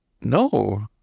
No